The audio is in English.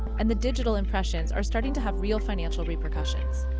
and the digital impressions are starting to have real financial repercussions.